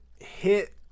hit